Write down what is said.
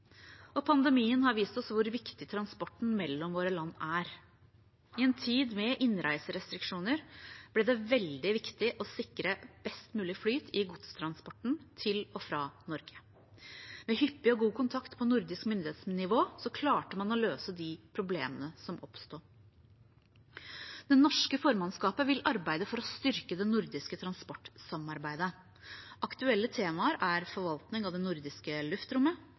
Pandemien har vist oss hvor viktig transporten mellom våre land er. I en tid med innreiserestriksjoner ble det veldig viktig å sikre best mulig flyt i godstransporten til og fra Norge. Med hyppig og god kontakt på nordisk myndighetsnivå klarte man å løse de problemene som oppsto. Det norske formannskapet vil arbeide for å styrke det nordiske transportsamarbeidet. Aktuelle temaer er forvaltning av det nordiske luftrommet,